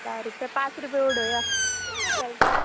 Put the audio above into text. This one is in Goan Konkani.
धा रुपया पांच रुपया उडोवया चलता